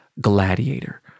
Gladiator